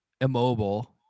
immobile